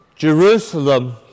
Jerusalem